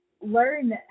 learn